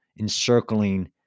encircling